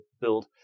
build